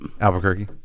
Albuquerque